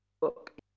book